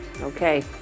Okay